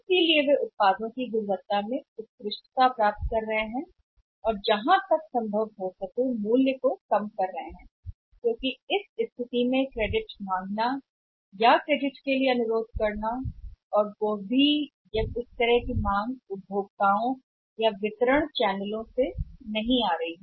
इसलिए वे उत्पादों की गुणवत्ता में उत्कृष्टता प्राप्त कर रहे हैं और वे कम कर रहे हैं इस स्थिति में मूल्य इस बात के लिए कि क्रेडिट मांगना या क्रेडिट के लिए अनुरोध करना भी यही है डिस्ट्रीब्यूशन चैनल्स के ग्राहक भी इस तरह की मांग नहीं कर रहे हैं